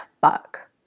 fuck